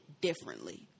differently